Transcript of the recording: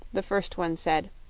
the first one said